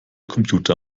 computer